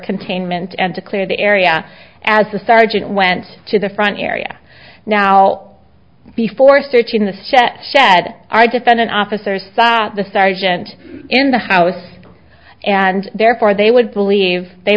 containment and to clear the area as the sergeant went to the front area now before searching the set said our defendant officer scott the sergeant in the house and therefore they would believe they